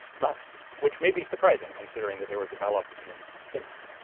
but which may be surprising considering that they were developed in finland.